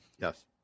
Yes